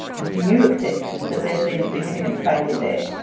do you accept that there has been a significant failure there?